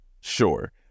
Sure